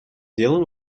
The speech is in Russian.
делом